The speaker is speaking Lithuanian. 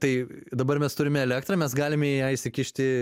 tai dabar mes turim elektrą mes galime į ją įsikišti